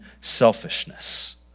selfishness